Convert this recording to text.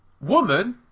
Woman